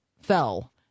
fell